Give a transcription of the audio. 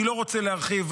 אני לא רוצה להרחיב.